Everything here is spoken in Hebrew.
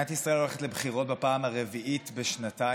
מדינת ישראל הולכת לבחירות בפעם הרביעית בשנתיים,